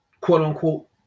quote-unquote